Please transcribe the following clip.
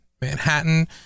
Manhattan